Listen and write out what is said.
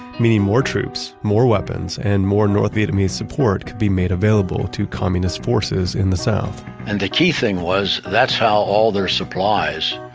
meaning more troops, more weapons, and more north vietnamese support could be made available to communist forces in the south and the key thing was, that's how all their supplies,